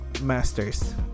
masters